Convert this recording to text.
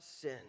sin